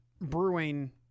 brewing